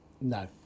No